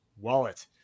wallet